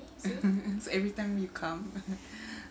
it's every time you come